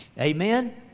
Amen